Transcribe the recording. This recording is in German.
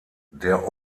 der